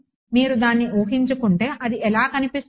మీరు దీన్ని ఊహించుకుంటే అది ఎలా కనిపిస్తుంది